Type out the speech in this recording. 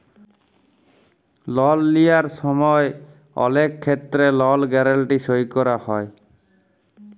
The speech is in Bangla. লল লিঁয়ার সময় অলেক খেত্তেরে লল গ্যারেলটি সই ক্যরা হয়